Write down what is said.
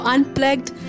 Unplugged